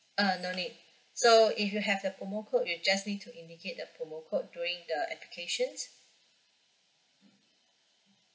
uh no need so if you have a promo code you'll just need to indicate the promo code during the application